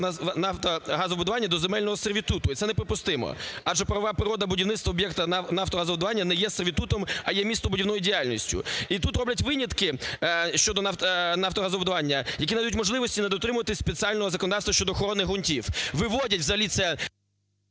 об'єктанафтогазовидобування до земельного сервітуту, і це неприпустимо, адже правова природа будівництва об'єкта нафтогазовидобування не є сервітутом, а є містобудівною діяльністю. І тут роблять винятки щодо нафтогазовидобування, які надають можливості не дотримуватися спеціального законодавства щодо охорони ґрунтів. Виводять взагалі це…